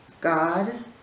God